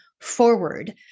Forward